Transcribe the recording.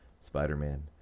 Spider-Man